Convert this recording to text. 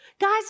Guys